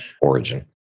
origin